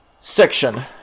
section